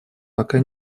пока